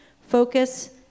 focus